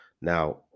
Now